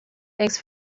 thanks